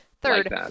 Third